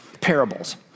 parables